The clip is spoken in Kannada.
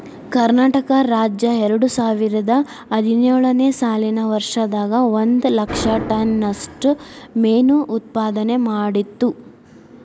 ಕರ್ನಾಟಕ ರಾಜ್ಯ ಎರಡುಸಾವಿರದ ಹದಿನೇಳು ನೇ ಸಾಲಿನ ವರ್ಷದಾಗ ಒಂದ್ ಲಕ್ಷ ಟನ್ ನಷ್ಟ ಮೇನು ಉತ್ಪಾದನೆ ಮಾಡಿತ್ತು